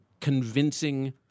convincing